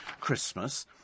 Christmas